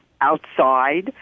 outside